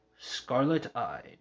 scarlet-eyed